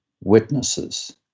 witnesses